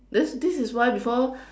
this this is why before